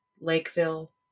Lakeville